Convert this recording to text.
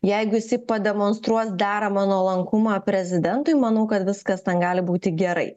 jeigu jisai pademonstruos deramą nuolankumą prezidentui manau kad viskas ten gali būti gerai